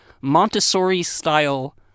Montessori-style